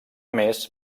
més